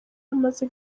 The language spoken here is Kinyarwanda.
amaze